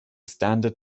standard